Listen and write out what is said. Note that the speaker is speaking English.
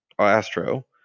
Astro